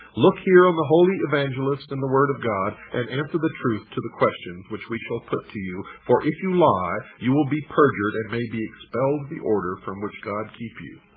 look here on the holy evangelists and the word of god and answer the truth to the questions which we shall put to you for if you lie you will be perjured, and may be expelled the order, from which god keep you!